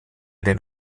den